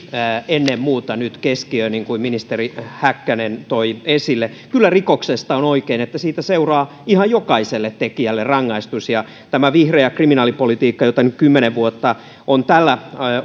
uhri nyt keskiöön niin kuin ministeri häkkänen toi esille kyllä on oikein että rikoksesta seuraa ihan jokaiselle tekijälle rangaistus ja tämä vihreä kriminaalipolitiikka jota nyt kymmenen vuotta on tällä